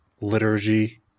liturgy